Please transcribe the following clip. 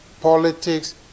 politics